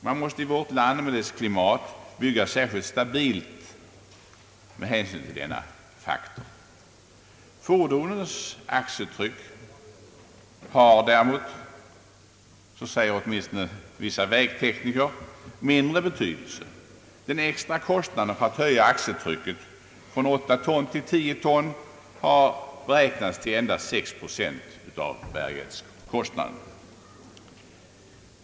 Man måste i vårt land med dess klimat bygga särskilt stabilt med hänsyn till denna faktor. Fordonens axeltryck har däremot, enligt vad åtminstone vissa vägtekniker säger, mindre betydelse. Den extra kostnaden för att höja axeltrycket från 8 till 10 ton har beräknats till endast 6 procent av bärighetskostnaden.